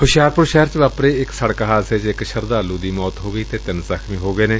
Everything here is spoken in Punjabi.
ਹੂਸ਼ਿਆਰਪੁਰ ਸ਼ਹਿਰ ਚ ਵਾਪਰੇ ਇਕ ਸੜਕ ਹਾਦਸੇ ਚ ਇਕ ਸ਼ਰਧਾਲੂ ਦੀ ਮੌਤ ਹੋ ਗਈ ਅਤੇ ਤਿੰਨ ਜ਼ਖ਼ਮੀ ਹੋ ਗਏ ਨੇ